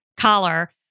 collar